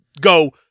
go